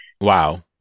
Wow